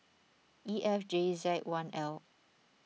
E F J Z one L